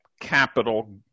capital